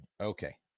Okay